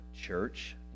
Church